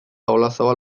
olazabal